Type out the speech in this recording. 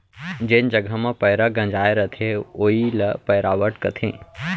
जेन जघा म पैंरा गंजाय रथे वोइ ल पैरावट कथें